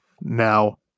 now